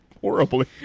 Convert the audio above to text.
horribly